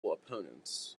opponents